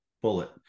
bullet